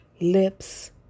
Lips